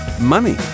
Money